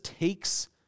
takes